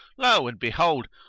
lo and behold!